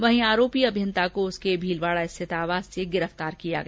वहीं आरोपी अभियंता को उसके भीलवाड़ा स्थित आवास से गिरफ्तार किया गया